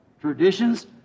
Traditions